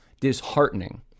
disheartening